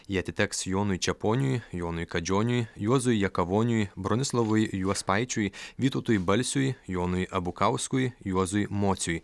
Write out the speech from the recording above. jie atiteks jonui čeponiui jonui kadžioniui juozui jakavoniui bronislavui juospaičiui vytautui balsiui jonui abukauskui juozui mociui